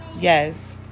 yes